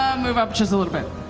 move up just a little bit.